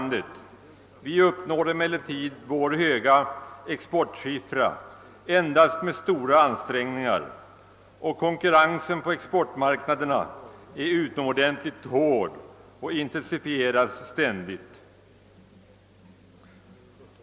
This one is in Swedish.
Vi uppnår emellertid vår höga exportsiffra endast efter stora ansträng ningar; konkurrensen på exportmarknaderna är mycket hård och intensifieras ständigt.